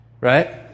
Right